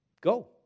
Go